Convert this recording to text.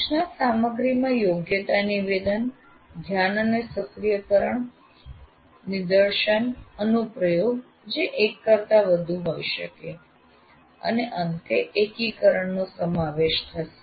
સૂચના સામગ્રીમાં યોગ્યતા નિવેદન ધ્યાન અને સક્રિયકરણ નિદર્શન અનુપ્રયોગ જે એક કરતા વધુ હોઈ શકે છે અને અંતે એકીકરણનો સમાવેશ થશે